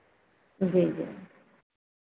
जी जी